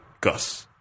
Gus